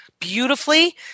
beautifully